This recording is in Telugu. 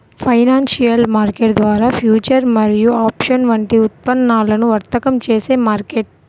ఫైనాన్షియల్ మార్కెట్ ద్వారా ఫ్యూచర్స్ మరియు ఆప్షన్స్ వంటి ఉత్పన్నాలను వర్తకం చేసే మార్కెట్